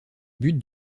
but